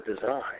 design